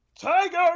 Tiger